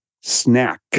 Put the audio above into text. snack